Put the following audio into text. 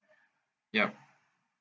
ya